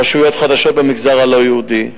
רשויות חדשות במגזר הלא-יהודי.